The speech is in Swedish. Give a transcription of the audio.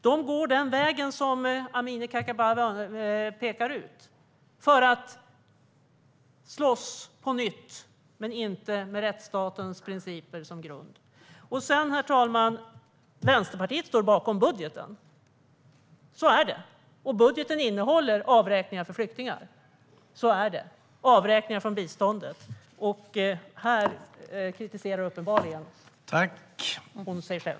De går den väg som Amineh Kakabaveh pekar ut för att slåss på nytt, men inte med rättsstatens principer som grund. Herr talman! Vänsterpartiet står bakom budgeten. Så är det. Och budgeten innehåller avräkningar för flyktingar - avräkningar från biståndet. Så är det. Här kritiserar uppenbarligen Amineh Kakabaveh sig själv.